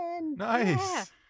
Nice